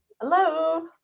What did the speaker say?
hello